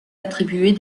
attribuer